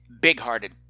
big-hearted